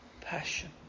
passion